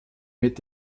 mit